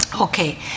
Okay